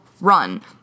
Run